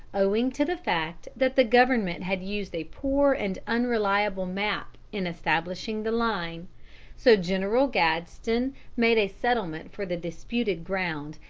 owing to the fact that the government had used a poor and unreliable map in establishing the line so general gadsden made a settlement for the disputed ground,